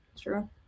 true